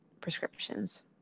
prescriptions